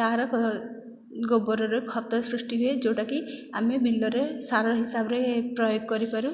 ତାହାର ଗୋବରରୁ ଖତ ସୃଷ୍ଟି ହୁଏ ଯେଉଁଟାକି ଆମେ ବିଲରେ ସାର ହିସାବରେ ପ୍ରୟୋଗ କରିପାରୁ